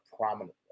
prominently